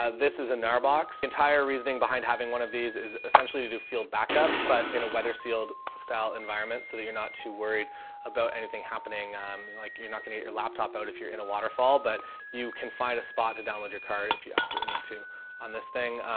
this is a nar box. entire reasoning behind having one of these is essentially to do field backup but in a weather sealed style environment so that you're not too worried about anything happening. i'm like, you're not gonna get your laptop out if you're in a waterfall, but you can find a spot to download your card if you absolutely need to on this thing.